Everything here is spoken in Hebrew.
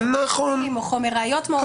כמו חומר ראיות מאוד --- נכון,